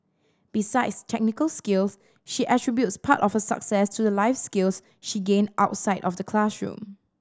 besides technical skills she attributes part of her success to the life skills she gained outside of the classroom